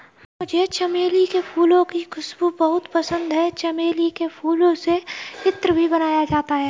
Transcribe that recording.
मुझे चमेली के फूलों की खुशबू बहुत पसंद है चमेली के फूलों से इत्र भी बनाया जाता है